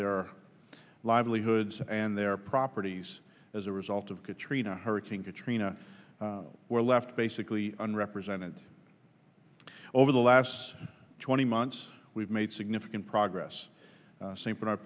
their livelihoods and their properties as a result of katrina hurricane katrina were left basically and represented over the last twenty months we've made significant progress st bernard